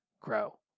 grow